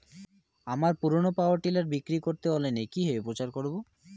আমার পুরনো power tiller বিক্রি করাতে অনলাইনে কিভাবে প্রচার করব?